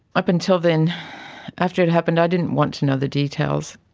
up until then after it happened i didn't want to know the details.